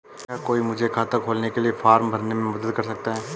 क्या कोई मुझे खाता खोलने के लिए फॉर्म भरने में मदद कर सकता है?